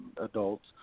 adults